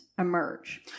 emerge